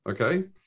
Okay